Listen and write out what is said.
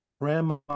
grandma